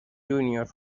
junior